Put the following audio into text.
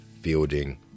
Fielding